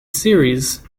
series